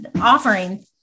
offering